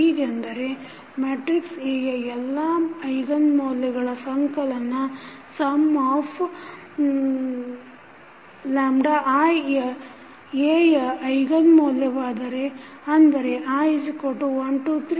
ಹೀಗಂದರೆ matrix A ಯ ಎಲ್ಲಾ eigen ಮೌಲ್ಯಗಳ ಸಂಕಲನ ಈಗ i Aಯ ಐಗನ್ ಮೌಲ್ಯವಾದರೆ ಅಂದರೆ i12n